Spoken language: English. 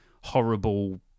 horrible